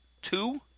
two